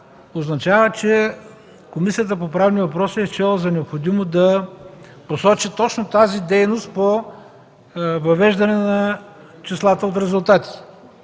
означава, че Комисията по правна въпроси е счела за необходимо да посочи точно тази дейност по въвеждане на числата от резултатите.